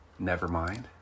Nevermind